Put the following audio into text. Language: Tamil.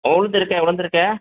உளுந்து இருக்கே உளுந்து இருக்கே